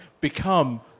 become